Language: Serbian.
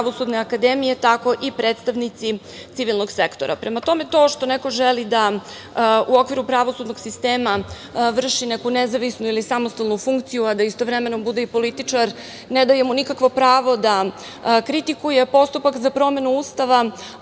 Pravosudne akademije, tako i predstavnici civilnog sektora. Prema tome, to što neko želi da u okviru pravosudnog sistema vrši neku nezavisnu ili samostalnu funkciju, a da istovremeno bude i političar, ne daje mu nikako pravo da kritikuje postupak za promenu Ustava,